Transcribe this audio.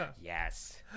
yes